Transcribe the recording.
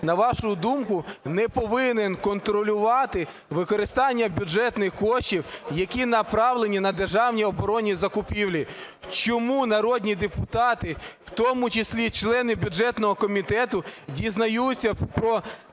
на вашу думку, не повинен контролювати використанні бюджетних коштів, які направлені на державні оборонні закупівлі? Чому народні депутати, в тому числі члени бюджетного комітету, дізнаються про те,